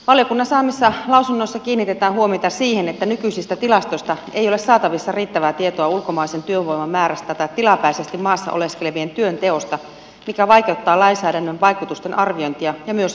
valiokunnan saamissa lausunnoissa kiinnitetään huomiota siihen että nykyisistä tilastoista ei ole saatavissa riittävää tietoa ulkomaisen työvoiman määrästä tai tilapäisesti maassa oleskelevien työnteosta mikä vaikeuttaa lainsäädännön vaikutusten arviointia ja myös viranomaisvalvontaa